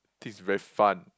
think is very fun